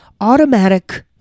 Automatic